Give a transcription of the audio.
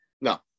No